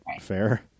fair